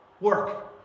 work